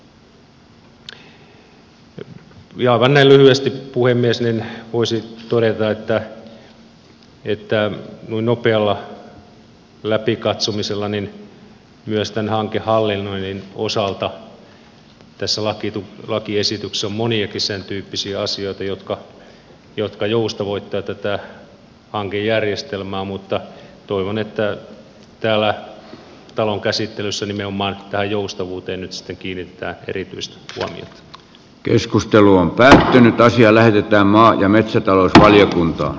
aivan näin lyhyesti puhemies voisi todeta että noin nopealla läpikatsomisella myös tämän hankehallinnoinnin osalta tässä lakiesityksessä on moniakin sentyyppisiä asioita jotka joustavoittavat tätä hankejärjestelmää mutta toivon että täällä talon käsittelyssä nimenomaan tähän joustavuuteen nyt sitten kiinnitetään erityistä keskustelu on päättynyt ja asia lähetetään maa ja huomiota